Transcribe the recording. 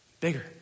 bigger